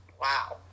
wow